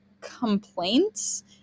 complaints